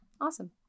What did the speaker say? Awesome